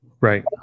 Right